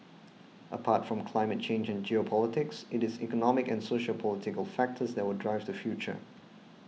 apart from climate change and geopolitics it is economic and sociopolitical factors that will drive the future